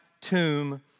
tomb